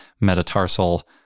metatarsal